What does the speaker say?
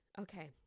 Okay